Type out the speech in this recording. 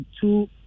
two